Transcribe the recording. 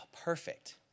perfect